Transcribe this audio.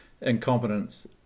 incompetence